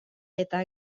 eta